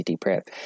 prep